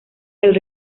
del